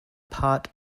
part